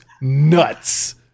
nuts